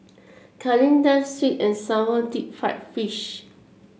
Kalyn sweet and sour Deep Fried Fish